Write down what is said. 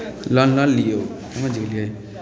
loan लऽ लियौ बुझि गेलियै